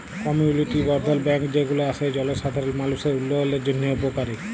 community বর্ধল bank যে গুলা আসে জলসাধারল মালুষের উল্যয়নের জন্হে উপকারী